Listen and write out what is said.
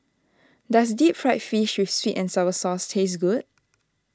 does Deep Fried Fish with Sweet and Sour Sauce taste good